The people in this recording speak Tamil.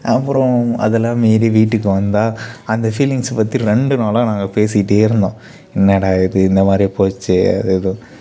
அப்புறோம் அதெல்லாம் மீறி வீட்டுக்கு வந்தால் அந்த ஃபீலிங்ஸ்ஸை பற்றி ரெண்டு நாளாக நாங்கள் பேசிக்கிட்டே இருந்தோம் என்னாடா இது இந்தமாதிரி போயிச்சே அது இது